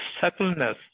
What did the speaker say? subtleness